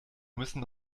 müssen